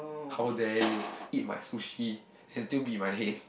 how dare you eat my sushi and still beat my head